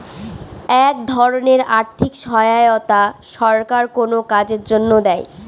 এক ধরনের আর্থিক সহায়তা সরকার কোনো কাজের জন্য দেয়